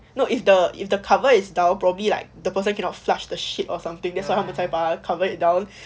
no if the if the cover is down probably like the person cannot flush the shit or something that's why 他们才把它 covered it down